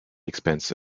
expense